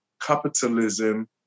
capitalism